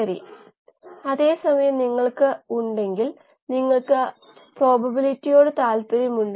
ഏകദേശം 4 അല്ലെങ്കിൽ 6 ബാഫ്ല്കൾ ഉണ്ട്